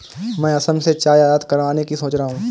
मैं असम से चाय आयात करवाने की सोच रहा हूं